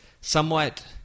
somewhat